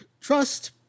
Trust